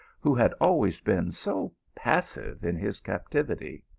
who had always been so passive in his cap tivity.